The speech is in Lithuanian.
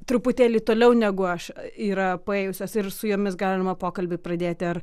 truputėlį toliau negu aš yra paėjusios ir su jomis galima pokalbį pradėti ar